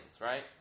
right